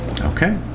Okay